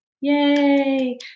Yay